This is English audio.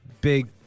big